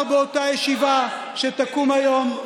כבר באותה ישיבה שתקום היום,